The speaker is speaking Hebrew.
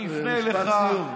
אני אפנה אליך, משפט סיום.